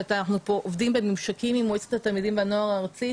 שאנחנו עובדים בממשקים עם מועצת התלמידים והנוער הארצית,